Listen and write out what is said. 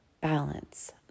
balance